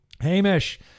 Hamish